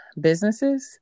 businesses